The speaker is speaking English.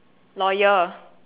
lawyer